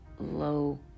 low